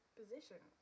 position